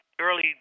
early